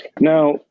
Now